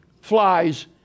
flies